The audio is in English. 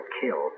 killed